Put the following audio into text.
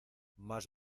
más